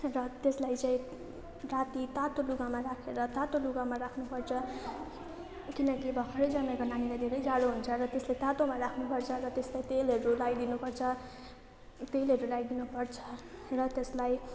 र त्यसलाई चाहिँ राति तातो लुगामा राखेर तातो लुगामा राख्नुपर्छ किनकि भर्खरै जन्मेको नानीलाई धेरै जाडो हुन्छ र त्यसले तातोमा राख्नुपर्छ र त्यसलाई तेलहरू लगाइदिनु पर्छ तेलहरू लगाइदिनु पर्छ र त्यसलाई